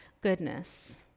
goodness